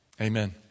Amen